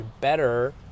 better